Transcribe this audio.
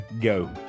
go